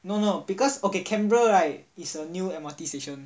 no no because okay canberra right is a new M_R_T station